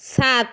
সাত